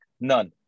None